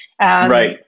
Right